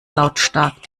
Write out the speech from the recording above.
lautstark